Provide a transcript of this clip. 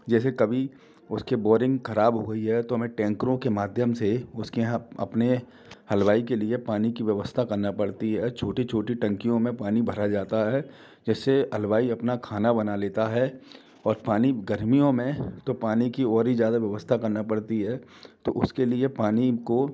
जैसे कभी उसके बोरिंग ख़राब हुई है तो हमें टैंकरों के माध्यम से उसके यहाँ अपने हलवाई के लिए पानी की व्यवस्था करनी पड़ती है छोटी छोटी टंकियों पानी भरा जाता है जैसे हलवाई अपना खाना बना लेता है और पानी गर्मियों में तो पानी की और ही ज़्यादा व्यवस्था करनी पड़ती है तो उसके लिए पानी को